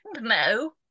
No